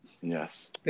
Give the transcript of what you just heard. yes